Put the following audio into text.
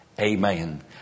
Amen